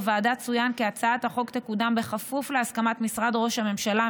בוועדה צוין כי הצעת החוק תקודם בכפוף להסכמת משרד ראש הממשלה,